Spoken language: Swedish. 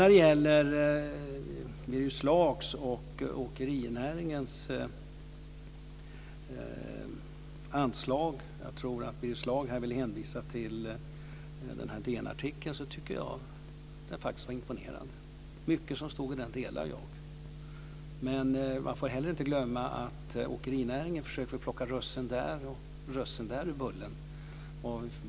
När det sedan gäller Birger Schlaugs och åkerinäringens anslag - jag tror att Birger Schlaug vill hänvisa till sin DN-artikel - tycker jag faktiskt att det var imponerande. Jag delar mycket av det som stod i artikeln. Men man får dock inte glömma att åkerinäringen försöker plocka ett russin här och ett russin där ur bullen.